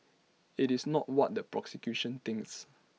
IT is not what the prosecution thinks